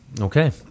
Okay